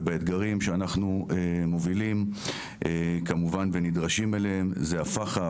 ובאתגרים שאנחנו מובילים כמובן ונדרשים אליהם זה הפח"ע,